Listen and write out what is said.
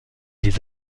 des